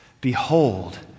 Behold